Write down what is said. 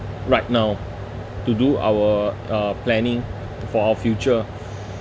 right now to do our uh planning for our future